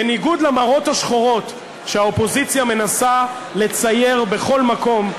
בניגוד למראות השחורות שהאופוזיציה מנסה לצייר בכל מקום,